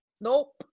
nope